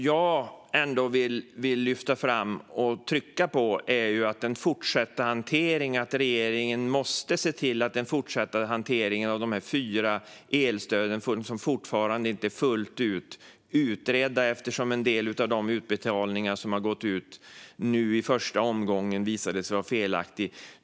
Jag vill särskilt betona vikten av den fortsatta hanteringen av de fyra elstöd som fortfarande inte är fullt ut utredda eftersom en del av de utbetalningar som gått ut i första omgången har visat sig vara felaktiga.